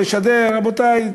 לשדר: רבותי,